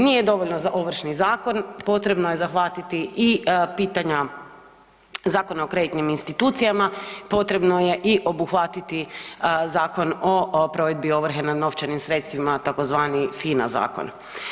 Nije dovoljno Ovršni zakon, potrebno je zahvatiti i pitanja Zakona o kreditnim institucijama, potrebno je obuhvatiti i Zakon o provedbi ovrhe nad novčanim sredstvima tzv. FINA zakon.